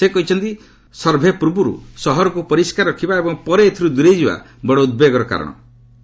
ସେ କହିଛନ୍ତି ସର୍ଭେ ପୂର୍ବରୁ ସହରକୁ ପରିଷ୍କାର ରଖିବା ଏବଂ ପରେ ଏଥିରୁ ଦୂରେଇ ଯିବା ବଡ଼ ଉଦ୍ବେଗର କାରଣ ହୋଇଛି